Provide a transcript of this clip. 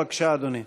בבקשה, אדוני.